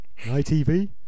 itv